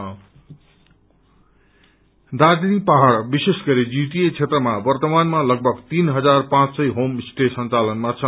प्रेमस्टे दार्जीलिङ पहाड़ विश्रेष गरी जीटीए क्षेत्रमा वर्त्तमानमा लगभग तीन हजार पाँच सय होम स्टे संचालनमा छन्